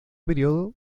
periodo